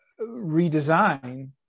redesign